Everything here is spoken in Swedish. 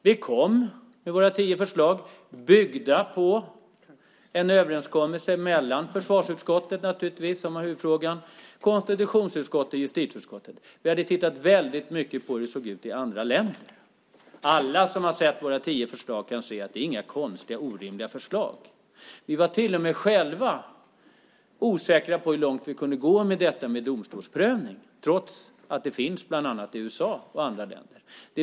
Vi kom med våra tio förslag byggda på en överenskommelse mellan försvarsutskottet naturligtvis, som har huvudfrågan, konstitutionsutskottet och justitieutskottet. Vi hade tittat mycket på hur det såg ut i andra länder. Alla som har sett våra tio förslag kan se att det inte är några konstiga eller orimliga förslag. Vi var till och med själva osäkra på hur långt vi kunde gå med detta med domstolsprövning trots att det finns bland annat i USA och andra länder.